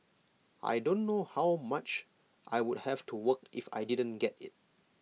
I don't know how much I would have to work if I didn't get IT